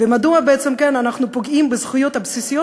ומדוע בעצם אנחנו פוגעים בזכויות הבסיסיות